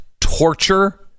torture